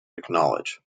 acknowledge